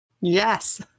Yes